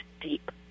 deep